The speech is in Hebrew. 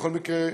בכל מקרה,